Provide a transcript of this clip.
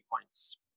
points